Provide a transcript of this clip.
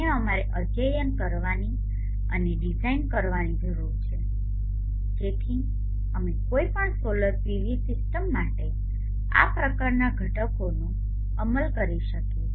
જેને અમારે અધ્યયન કરવાની અને ડિઝાઇન કરવાની પણ જરૂર છે જેથી અમે કોઈપણ સોલર પીવી સિસ્ટમ માટે આ પ્રકારના ઘટકોનો અમલ કરી શકીએ